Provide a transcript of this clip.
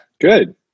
Good